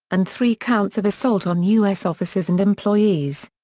and three counts of assault on u s. officers and employees.